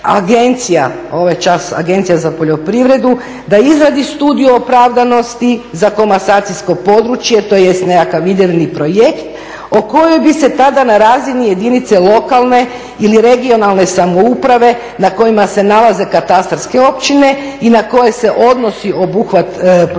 ovaj čas Agencija za poljoprivredu da izradi studiju opravdanosti za komasacijsko područje, tj. nekakav idejni projekt o kojoj bi se tada na razini jedinice lokalne ili regionalne samouprave na kojima se nalaze katastarske općine i na koje se odnosi obuhvat programa